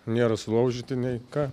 nėra sulaužyti nei ką